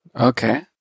okay